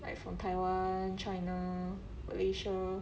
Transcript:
like from taiwan china malaysia